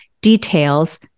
Details